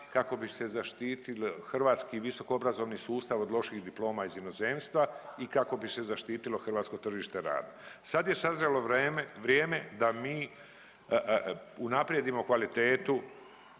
kako bi se zaštitili hrvatski visokoobrazovni sustava od loših diploma iz inozemstva i kako bi se zaštitilo hrvatsko tržište rada. Sad je sazrelo vreme, vrijeme da mi unaprijedimo kvalitetu